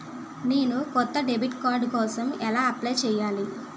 నేను కొత్త debit card కోసం ఎలా అప్లయ్ చేయాలి?